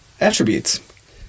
Attributes